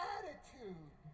Attitude